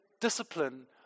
discipline